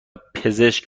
پزشک